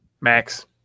Max